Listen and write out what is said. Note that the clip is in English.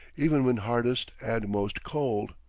even when hardest and most cold.